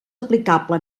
aplicable